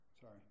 Sorry